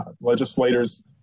legislators